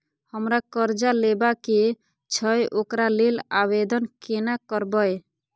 हमरा कर्जा लेबा के छै ओकरा लेल आवेदन केना करबै?